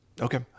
Okay